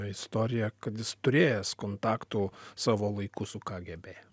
istoriją kad jis turėjęs kontaktų savo laiku su kgb